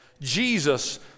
Jesus